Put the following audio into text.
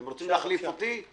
אתם רוצים להחליף אותי?